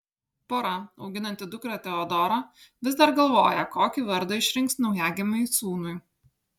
pora auginanti dukrą teodorą vis dar galvoja kokį vardą išrinks naujagimiui sūnui